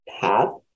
path